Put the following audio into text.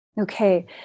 Okay